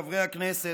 חברי הכנסת,